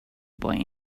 boy